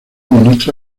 ministro